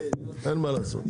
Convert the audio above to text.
אין מה לעשות.